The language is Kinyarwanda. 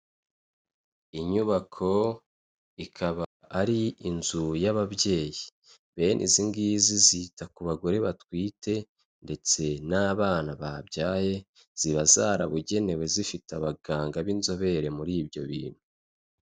Inyubako ikaba ari inzu y'ababyeyi bene izi ngizi zita ku bagore batwite ndetse n'abana babyaye ziba zarabugenewe zifite abaganga b'inzobere muri ibyo bintu.